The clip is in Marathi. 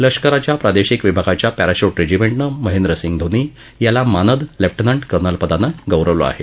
लष्कराच्या प्रादेशिक विभागांच्या पॅराशूट रेजिमेटनं महेंद्रसिंग धोनी याला मानद लेफ्टनंट कर्नल पदानं गौरवलं आहे